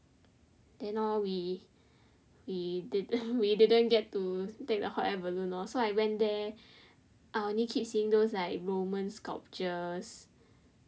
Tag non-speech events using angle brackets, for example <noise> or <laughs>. then hor we we didn't <laughs> we didn't get to take the hot air balloon lor so I went there I only keep seeing those roman sculptures